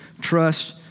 trust